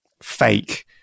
fake